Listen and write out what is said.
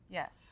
yes